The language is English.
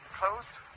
closed